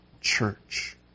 church